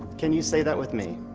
can you say that with me?